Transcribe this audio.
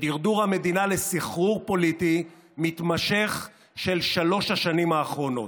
בדרדור המדינה לסחרור פוליטי מתמשך של שלוש השנים האחרונות.